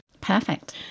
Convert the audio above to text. Perfect